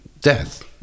death